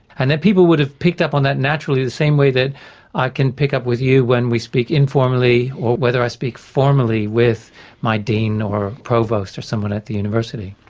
and then people would have picked up on that naturally the same way that i can pick up with you when we speak informally or whether i speak formally with my dean or provost or someone at the university.